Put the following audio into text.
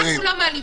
חברים,